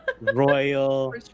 Royal